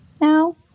now